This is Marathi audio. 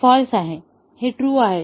हे फाँल्स आहे हे ट्रू आहे